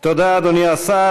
תודה, אדוני השר.